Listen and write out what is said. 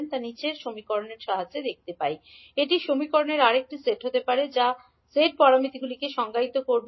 𝐈1 𝐠11𝐕1 𝐠12𝐈2 𝐕2 𝐠21𝐕1 𝐠22𝐈2 এটি সমীকরণের আরেকটি সেট হতে পারে যা z প্যারামিটারগুলি সংজ্ঞায়িত করবে